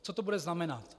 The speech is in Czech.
Co to bude znamenat?